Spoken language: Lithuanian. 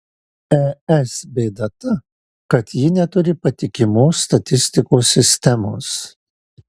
es bėda ta kad ji neturi patikimos statistikos sistemos